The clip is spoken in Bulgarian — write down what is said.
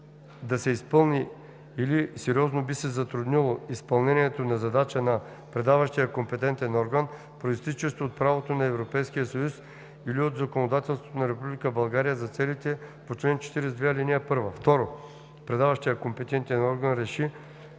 да се изпълни или сериозно би се затруднило изпълнението на задача на предаващия компетентен орган, произтичаща от правото на Европейския съюз или от законодателството на Република България, за целите по чл. 42, ал. 1; 2. предаващият компетентен орган реши,